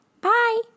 Bye